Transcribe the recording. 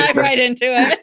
um right into it